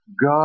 God